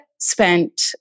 spent